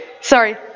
Sorry